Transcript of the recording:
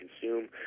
consume